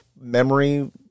memory